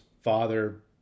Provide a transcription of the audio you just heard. father